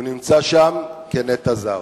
הוא נמצא שם כנטע זר.